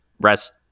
rest